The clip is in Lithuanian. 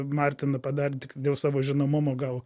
martiną padarė tik dėl savo žinomumo gal